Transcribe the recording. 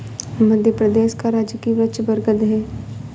मध्य प्रदेश का राजकीय वृक्ष बरगद है